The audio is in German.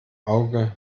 auge